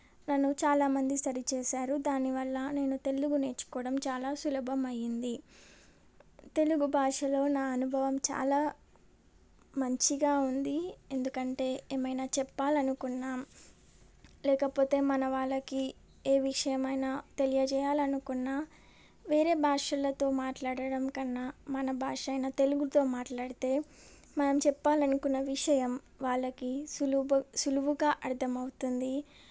నన్ను చాలా మంది సరి చేసారు దానివల్ల నేను తెలుగు నేర్చుకోవడం చాలా సులభం అయింది తెలుగు భాషలో నా అనుభవం చాలా మంచిగా ఉంది ఎందుకంటే ఏమైనా చెప్పాలనుకున్నా లేకపోతే మన వాళ్ళకి ఏ విషయమైనా తెలియజేయాలనుకున్న వేరే భాషలతో మాట్లాడడంకన్నా మన భాష అయిన తెలుగుతో మాట్లాడితే మనం చెప్పాలనుకున్న విషయం వాళ్ళకి సులువు సులువుగా అర్థం అవుతుంది